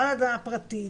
לא אדמה פרטית,